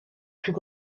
plus